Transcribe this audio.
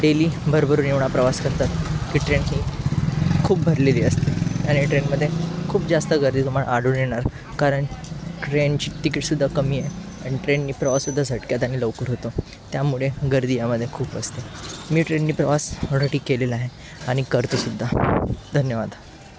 daily भरभरून एवढा प्रवास करतात की ट्रेनही खूप भरलेली असते आणि ट्रेनमध्ये खूप जास्त गर्दी तुम्हाला आढळून येणार कारण ट्रेनची तिकीटसुद्धा कमी आहे आणि ट्रेननी प्रवाससुद्धा झटक्यात आणि लवकर होतो त्यामुळे गर्दी यामध्ये खूप असते मी ट्रेननी प्रवास ऑलरेडी केलेला आहे आणि करतो सुद्धा धन्यवाद